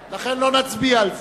לכן, לא נצביע על זה.